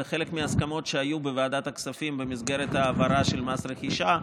זה חלק מההסכמות שהיו בוועדת הכספים במסגרת העברה של מס רכישה.